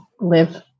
live